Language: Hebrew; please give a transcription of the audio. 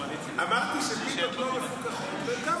אמרתי שפיתות לא מפוקחות --- זה לא